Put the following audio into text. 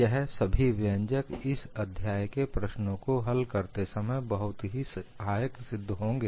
यह सभी व्यंजक इस अध्याय के प्रश्नों को हल करते समय बहुत सहायक सिद्ध होंगे